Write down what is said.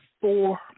four